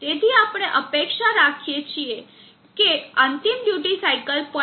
તેથી આપણે અપેક્ષા રાખીએ છીએ કે અંતિમ ડ્યુટી સાઇકલ 0